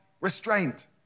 restraint